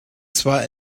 zwar